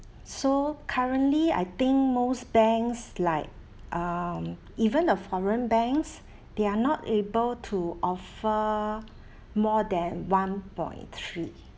so currently I think most banks like um even the foreign banks they are not able to offer more than one point three